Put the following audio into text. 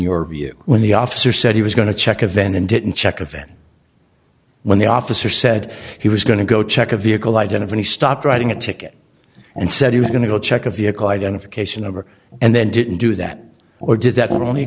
your view when the officer said he was going to check a vent and didn't check event when the officer said he was going to go check a vehicle identify any stop writing a ticket and said he was going to go check a vehicle identification number and then didn't do that or did that only a